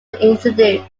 introduced